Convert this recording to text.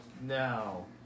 Now